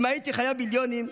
אם הייתי חייב מיליונים,